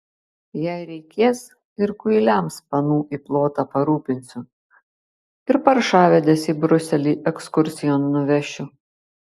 jei reikės ir kuiliams panų į plotą parūpinsiu ir paršavedes į briuselį ekskursijon nuvešiu